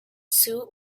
suit